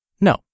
No